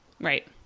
Right